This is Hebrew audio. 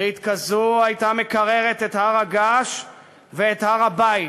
ברית כזו הייתה מקררת את הר-הגעש ואת הר-הבית,